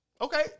Okay